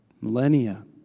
millennia